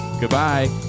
Goodbye